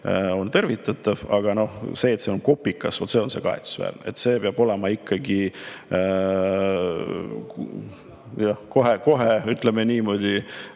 on tervitatav, aga vaat see, et see on kopikas, on kahetsusväärne. See peaks olema ikkagi kohe, ütleme niimoodi,